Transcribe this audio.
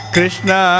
Krishna